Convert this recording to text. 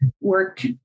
work